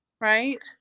Right